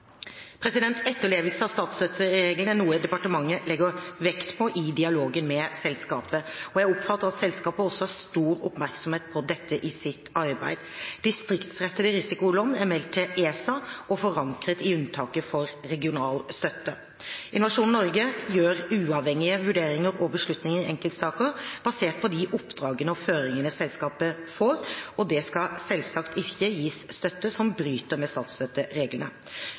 Etterlevelse av statsstøttereglene er noe departementet legger vekt på i dialogen med selskapet, og jeg oppfatter at selskapet også har stor oppmerksomhet på dette i sitt arbeid. Distriktsrettede risikolån er meldt til ESA og forankret i unntakene for regional støtte. Innovasjon Norge gjør uavhengige vurderinger og beslutninger i enkeltsaker, basert på de oppdragene og føringene selskapet får. Det skal selvsagt ikke gis støtte som bryter med statsstøttereglene.